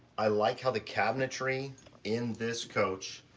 i like how the cabinetry in this coach,